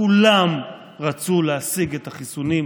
כולם רצו להשיג את החיסונים,